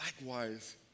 Likewise